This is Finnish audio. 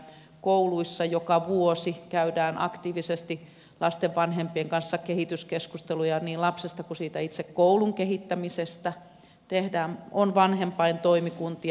kouluissa joka vuosi käydään aktiivisesti lasten vanhempien kanssa kehityskeskusteluja niin lapsesta kuin siitä itse koulun kehittämisestä on vanhempaintoimikuntia